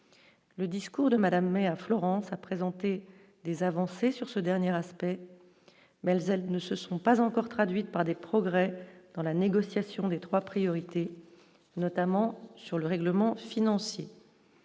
Le discours de Madame May à Florence, a présenté des avancées sur ce dernier aspect, mais elles, elles ne se sont pas encore traduites par des progrès dans la négociation des 3 priorités, notamment sur le règlement financier